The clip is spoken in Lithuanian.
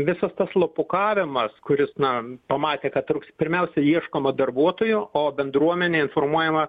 visos tos slapukavimas kuris man pamatė kad trūks pirmiausia ieškoma darbuotojo o bendruomenė informuojama